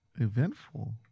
Eventful